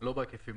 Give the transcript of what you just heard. לא בהיקפים האלה.